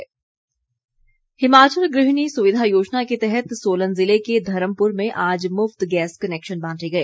सैजल हिमाचल गृहिणी सुविधा योजना के तहत सोलन ज़िले के धर्मपुर में आज मुफ्त गैस कनेक्शन बांटे गए